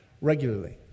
regularly